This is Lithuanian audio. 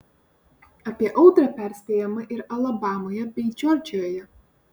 apie audrą perspėjama ir alabamoje bei džordžijoje